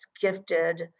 gifted